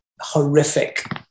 horrific